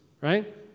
right